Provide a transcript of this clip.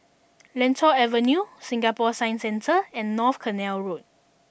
Lentor Avenue Singapore Science Centre and North Canal Road